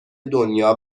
دنیا